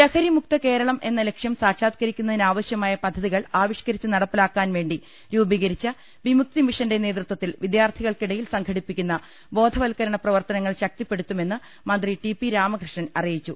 ലഹരിമുക്ത കേരളം എന്ന ലക്ഷ്യം സാക്ഷാത്കരിക്കുന്നതിനാ വശ്യമായ പദ്ധതികൾ ആവിഷ്കരിച്ച് നട്ടപ്പിലാക്കുവാൻ വേണ്ടി രൂപീ കരിച്ച വിമുക്തി മിഷന്റെ നേതൃത്വത്തിൽ വിദ്യാർത്ഥികൾക്കിടയിൽ സംഘടിപ്പിക്കുന്ന ബോധവത്കരണ പ്രവർത്തനങ്ങൾ ശക്തിപ്പെടു ത്തുമെന്ന് മന്ത്രി ടി പ്പി രാമകൃഷ്ണൻ അറിയിച്ചു